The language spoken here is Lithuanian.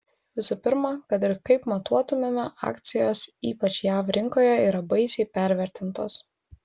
visų pirma kad ir kaip matuotumėme akcijos ypač jav rinkoje yra baisiai pervertintos